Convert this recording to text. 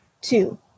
two